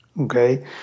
okay